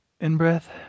in-breath